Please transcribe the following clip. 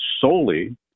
solely